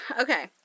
Okay